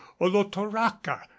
olotoraca